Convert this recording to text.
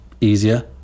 easier